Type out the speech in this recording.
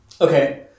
Okay